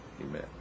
Amen